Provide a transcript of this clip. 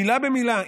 מילה במילה,